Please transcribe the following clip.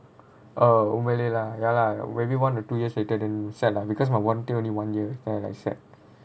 oh ya lah maybe one or two years later then sell lah because my warranty only one year then I like sad